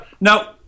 no